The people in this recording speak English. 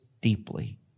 deeply